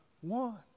one